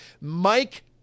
mike